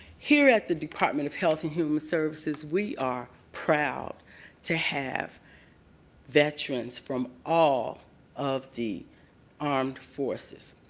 here at the department of health and human services, we are proud to have veterans from all of the armed forces.